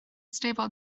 stable